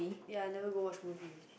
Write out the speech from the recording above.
ya never go watch movie